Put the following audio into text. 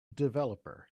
developer